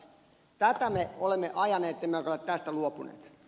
tätä me olemme ajaneet emmekä ole tästä luopuneet